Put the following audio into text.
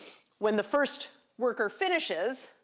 when the first worker finishes,